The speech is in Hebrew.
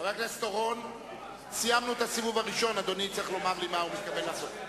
מה אנחנו יכולים לעשות.